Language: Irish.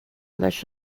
leis